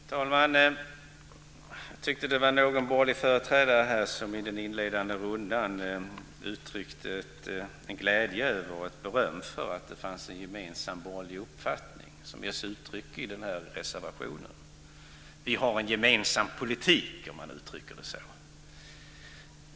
Fru talman! Jag tyckte att det var någon borgerlig företrädare som i den inledande rundan uttryckte en glädje över och ett beröm för att det fanns en gemensam borgerlig uppfattning som ges uttryck i den här reservationen; vi har en gemensam politik, om man uttrycker det så.